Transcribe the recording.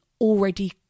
already